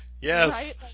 Yes